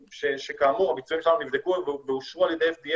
שכאמור הביצועים שלנו נבדקו ואושרו על ידי ה-FDA